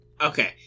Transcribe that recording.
Okay